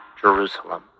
Jerusalem